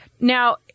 Now